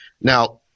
Now